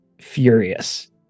furious